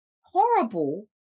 horrible